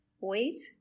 Wait